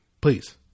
Please